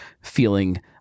feeling